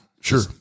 Sure